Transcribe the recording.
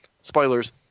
Spoilers